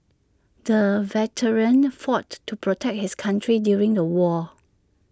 the veteran fought to protect his country during the war